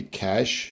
cash